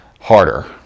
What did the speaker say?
harder